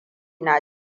na